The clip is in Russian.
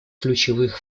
ключевых